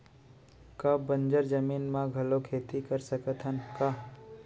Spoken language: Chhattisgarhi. का बंजर जमीन म घलो खेती कर सकथन का?